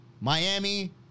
Miami